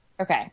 Okay